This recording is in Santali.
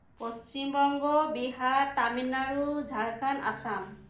ᱯᱚᱥᱪᱤᱢ ᱵᱚᱝᱜᱚ ᱵᱤᱦᱟᱨ ᱛᱟᱢᱤᱞᱱᱟᱲᱩ ᱡᱷᱟᱲᱠᱷᱚᱱ ᱟᱥᱟᱢ